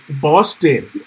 Boston